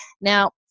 now